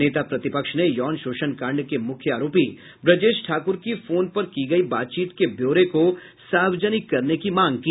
नेता प्रतिपक्ष ने यौन शोषण कांड के मुख्य आरोपी ब्रजेश ठाकुर की फोन पर की गयी बातचीत के ब्यौरे को सार्वजनिक करने की मांग की